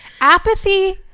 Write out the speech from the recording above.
Apathy